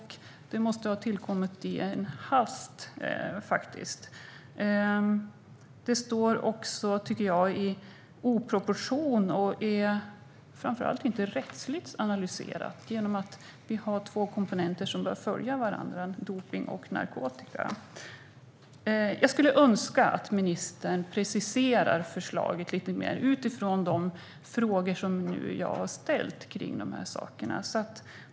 Det måste ha tillkommit i en hast. Jag tycker inte heller att det står i proportion till brottet. Det är framför allt inte rättsligt analyserat, eftersom vi har två komponenter som bör följa varandra - dopning och narkotika. Jag skulle önska att statsrådet preciserade förslaget lite mer, utifrån de frågor som jag nu har ställt.